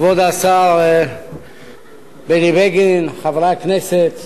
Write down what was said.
כבוד השר בני בגין, חברי הכנסת,